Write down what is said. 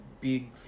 big